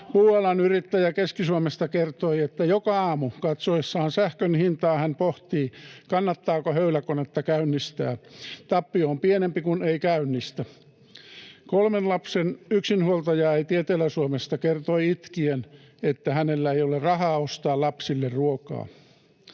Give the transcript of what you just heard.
Puualan yrittäjä Keski-Suomesta kertoi, että joka aamu katsoessaan sähkön hintaa hän pohtii, kannattaako höyläkonetta käynnistää. Tappio on pienempi, kun ei käynnistä. Kolmen lapsen yksinhuoltajaäiti Etelä-Suomesta kertoi itkien, että hänellä ei ole rahaa ostaa lapsille ruokaa.